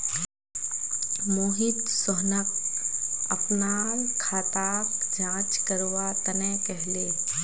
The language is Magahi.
मोहित सोहनक अपनार खाताक जांच करवा तने कहले